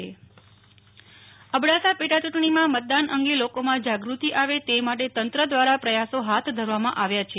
નેહલ ઠક્કર અબડાસા ચૂંટણી અધિકારીબાઈટ અબડાસા પેટા ચૂંટણીમાં મતદાન અંગે લોકોમાં જાગૃતિ આવે તે માટે તંત્ર દ્વારા પ્રયાસો હાથ ધરવામાં આવ્યા છે